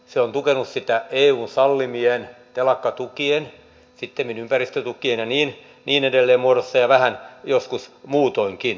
se on tukenut sitä eun sallimien telakkatukien sittemmin ympäristötukien ja niin edelleen muodossa ja vähän joskus muutoinkin